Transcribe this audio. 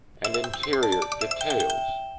and interior details.